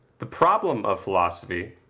the problem of philosophy,